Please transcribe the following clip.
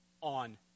on